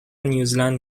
نیوزیلند